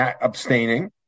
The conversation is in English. abstaining